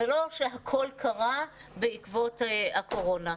זה לא שהכול קרה בעקבות הקורונה.